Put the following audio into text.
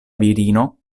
virino